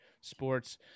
sports